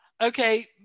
okay